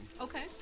Okay